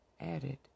added